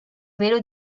velo